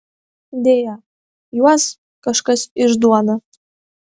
deja juos kažkas išduoda